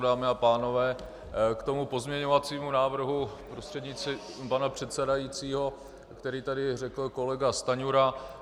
Dámy a pánové, k pozměňovacímu návrhu, prostřednictvím pana předsedajícího, který tady řekl kolega Stanjura.